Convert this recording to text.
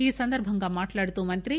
ఈ సందర్భంగా మాట్లాడుతూ మంత్రి